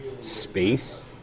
space